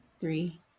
three